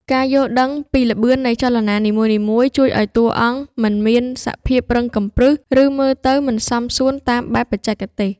ការយល់ដឹងពីល្បឿននៃចលនានីមួយៗជួយឱ្យតួអង្គមិនមានសភាពរឹងកំព្រឹស ឬ មើលទៅមិនសមសួនតាមបែបបច្ចេកទេស។